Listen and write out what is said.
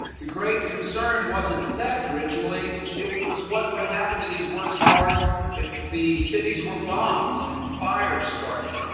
the great concern wasn't theft originally. it was what would happen to these works of art if the cities were bombed and fire started.